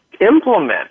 implement